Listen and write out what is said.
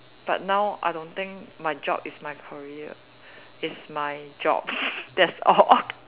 but now I don't think my job is my career it's my job that's all